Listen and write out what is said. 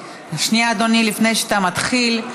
שנייה, אדוני, לפני שאתה מתחיל.